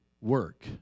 work